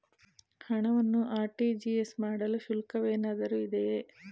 ಹಣವನ್ನು ಆರ್.ಟಿ.ಜಿ.ಎಸ್ ಮಾಡಲು ಶುಲ್ಕವೇನಾದರೂ ಇದೆಯೇ?